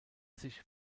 sich